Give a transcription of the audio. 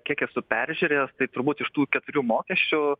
kiek esu peržiūrėjęs tai turbūt iš tų keturių mokesčių